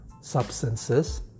substances